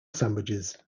sandwiches